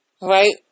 Right